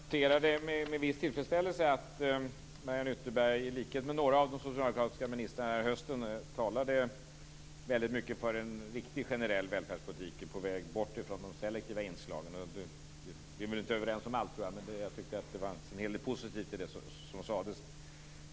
Fru talman! Jag noterade med viss tillfredsställelse att Mariann Ytterberg i likhet med några av de socialdemokratiska ministrarna den här hösten talade väldigt mycket för en riktig generell välfärdspolitik på väg bort från de selektiva inslagen. Vi är inte överens om allt, men jag tyckte att det fanns en hel del positivt i det som sades.